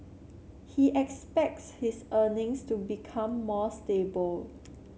he expects his earnings to become more stable